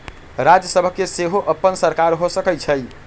राज्य सभ के सेहो अप्पन सरकार हो सकइ छइ